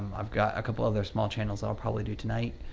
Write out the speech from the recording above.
i've got a couple other small channels that i'll probably do tonight,